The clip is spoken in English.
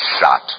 shot